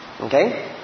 Okay